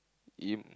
in